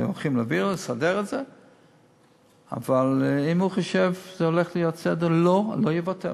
בתיירות, אבל בשביל זה המדינה